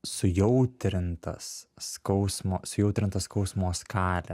sujautrintas skausmo sujautrinta skausmo skalė